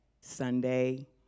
Sunday